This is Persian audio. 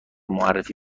معرفی